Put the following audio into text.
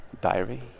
diary